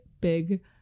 big